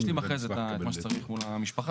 אני אשלים אחרי זה את מה שצריך מול המשפחה,